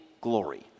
glory